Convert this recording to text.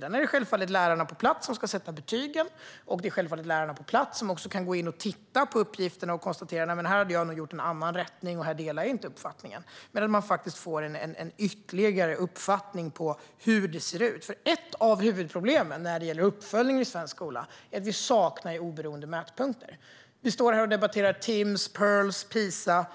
Det är självfallet lärarna på plats som ska sätta betygen, och det är självfallet lärarna på plats som också kan gå in och titta på uppgiften och konstatera att de nog hade gjort en annan rättning och inte delar uppfattningen. Vi får på detta vis en ytterligare uppfattning av hur det ser ut. Ett av huvudproblemen när det gäller uppföljning i svensk skola är att vi saknar oberoende mätpunkter. Vi debatterar Timss, Pirls och PISA